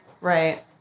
Right